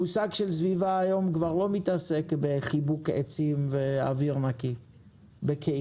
המושג של סביבה היום כבר לא מתעסק בחיבוק עצים ואוויר נקי בקהילה,